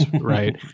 right